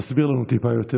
תסביר לנו טיפה יותר,